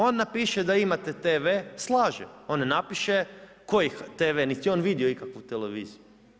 On napiše, da imate TV, slaže, on ne napiše, koji TV, niti je on vidio ikakvu televiziju.